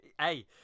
hey